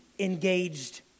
engaged